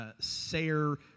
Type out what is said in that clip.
Sayer